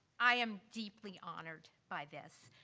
i am deeply honored by this.